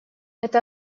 это